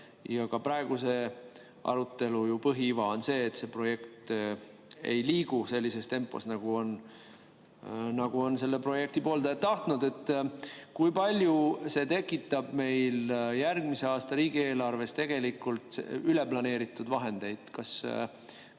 ja ka praeguse arutelu põhiiva on ju see, et see projekt ei liigu sellises tempos, nagu selle projekti pooldajad on tahtnud. Kui palju see tekitab meil järgmise aasta riigieelarves tegelikult üleplaneeritud vahendeid?